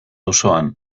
auzoan